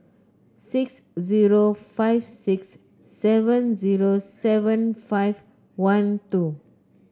six zero five six seven zero seven five one two